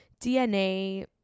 DNA